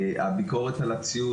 הביקורת על הציוד,